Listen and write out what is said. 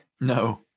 No